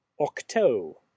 Octo